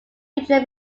future